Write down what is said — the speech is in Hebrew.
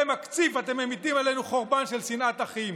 מקציף אתם ממיטים עלינו חורבן של שנאת אחים.